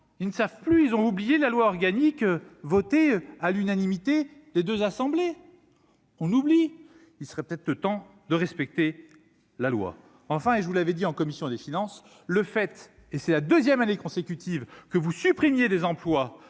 ils ne savent plus, ils ont oublié la loi organique votée à l'unanimité, les 2 assemblées, on oublie, il serait peut-être le temps de respecter la loi, enfin, et je vous l'avez dit en commission des finances, le fait est, c'est la 2ème année consécutive que vous supprimiez des emplois